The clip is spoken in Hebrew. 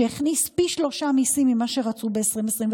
שהכניס פי שלושה מיסים ממה שרצו ב-2021,